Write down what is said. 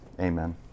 Amen